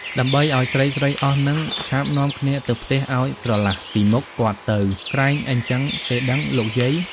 ដើម្បីឲ្យស្រីៗ អស់ហ្នឹង ឆាប់នាំគ្នាទៅផ្ទះឲ្យស្រឡះពីមុខ គាត់ទៅ ក្រែងអីចឹងទេដឹងលោកយាយ?។